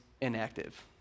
inactive